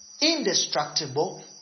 indestructible